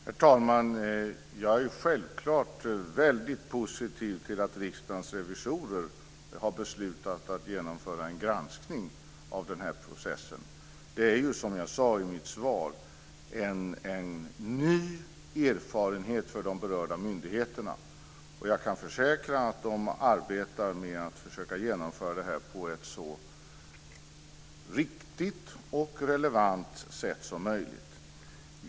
Herr talman! Jag är självklart väldigt positiv till att Riksdagens revisorer har beslutat att genomföra en granskning av den här processen. Det är, som jag sade i mitt svar, en ny erfarenhet för de berörda myndigheterna, och jag kan försäkra att de arbetar med att försöka genomföra detta på ett så riktigt och relevant sätt som möjligt.